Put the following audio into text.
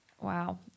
Wow